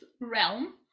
realm